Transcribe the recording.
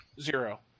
zero